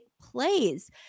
plays